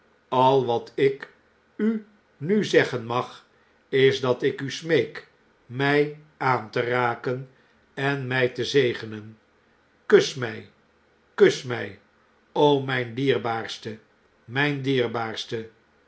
al wat ik u nu zeggen mag is dat ik u smeek mg aan te raken en mg te zegenen kus mg kus mg omgn dierbaarste mgndierbaarste